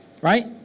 right